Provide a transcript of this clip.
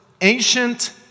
ancient